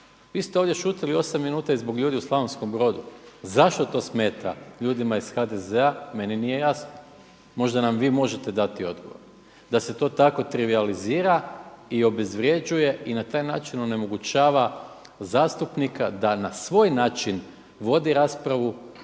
Vi ste ovdje šutjeli 8 minuta i zbog ljudi u Slavonskom Brodu. Zašto to smeta ljudima iz HDZ-a meni nije jasno? Možda nam vi možete dati odgovor, da se to tako trivijalizira i obezvrjeđuje i na taj način onemogućava zastupnika da na svoj način vodi raspravu